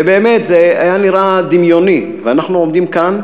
ובאמת זה היה נראה דמיוני, ואנחנו עומדים כאן,